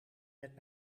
met